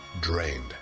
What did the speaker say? drained